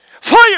Fire